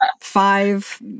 five